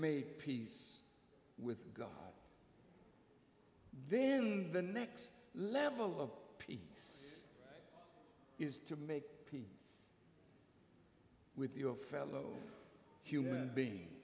made peace with god then the next level of peace is to make peace with your fellow human beings